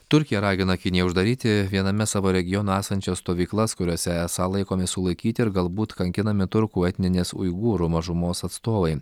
turkija ragina kiniją uždaryti viename savo regione esančias stovyklas kuriose esą laikomi sulaikyti ir galbūt kankinami turkų etninės uigūrų mažumos atstovai